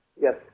Yes